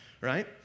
right